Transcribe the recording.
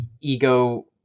ego